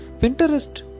Pinterest